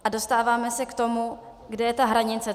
A dostáváme se k tomu, kde je ta hranice.